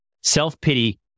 Self-pity